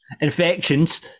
Infections